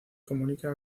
comunica